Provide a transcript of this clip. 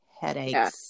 headaches